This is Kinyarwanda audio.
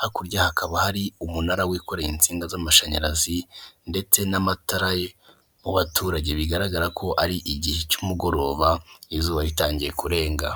Hakurya hakaba hari umunara wikoreye insinga z'amashanyarazi, ndetse n'amatara mu baturage. Bigaragara ko ar'igihe cy'umugoroba, izuba ritangiye kurenga.